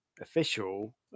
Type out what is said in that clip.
official